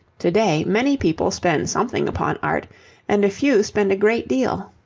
to-day many people spend something upon art and a few spend a great deal.